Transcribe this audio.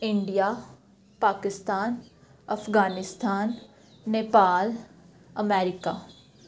India Pakistan Afghanistan Nepal America